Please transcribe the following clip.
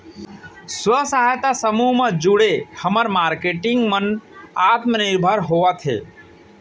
स्व सहायता समूह म जुड़े हमर मारकेटिंग मन आत्मनिरभर होवत हे